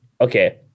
okay